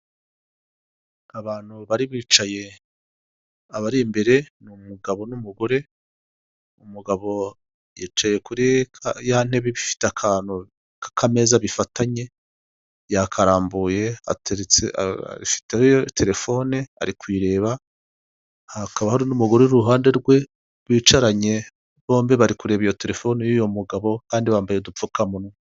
Ni imitako ikorwa n'abanyabugeni, imanitse ku rukuta rw'umukara ubusanzwe ibi byifashishwa mu kubitaka mu mazu, yaba ayo mu ngo ndetse n'ahatangirwamo serivisi.